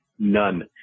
None